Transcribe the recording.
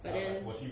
but then